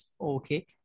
Okay